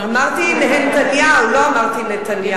אמרתי "נהנתניהו", לא אמרתי "נתניהו".